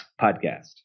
Podcast